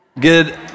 good